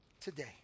today